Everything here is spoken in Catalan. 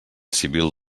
civil